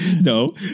No